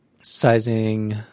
sizing